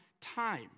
time